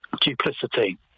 duplicity